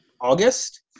August